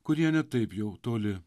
kurie ne taip jau toli